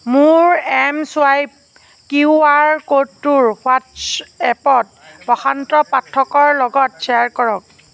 মোৰ M swipe Q R ক'ডটোৰ হোৱাট্ছএপত প্ৰশান্ত পাঠকৰ লগত শ্বেয়াৰ কৰক